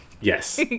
Yes